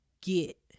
get